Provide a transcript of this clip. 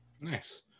Nice